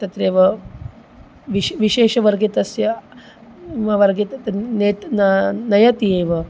तत्रैव विश् विशेषवर्गे तस्य वर्गे तत् नेत् न नयति एव